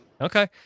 Okay